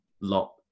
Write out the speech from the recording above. lot